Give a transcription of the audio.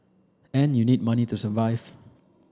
and you need money to survive